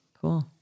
Cool